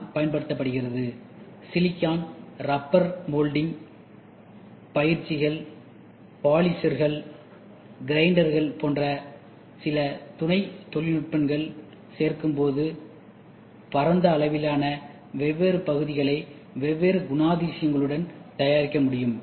M பயன்படுத்தப்படுகிறது silicon rubber moulding பயிற்சிகள் பாலிஷர்கள் கிரைண்டர்கள் போன்ற சில துணை தொழில்நுட்பங்களைச் சேர்க்கும்போதுபரந்த அளவிலான வெவ்வேறு பகுதிகளை வெவ்வேறு குணாதிசயங்களுடன் தயாரிக்க முடியும்